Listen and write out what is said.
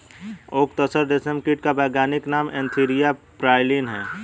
okay tasar रेशम कीट का वैज्ञानिक नाम एन्थीरिया प्राइलीन है